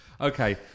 okay